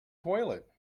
toilet